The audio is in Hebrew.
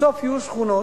בסוף יהיו שכונות